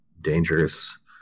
dangerous